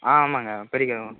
ஆ ஆமாங்க பெடி க்ரோ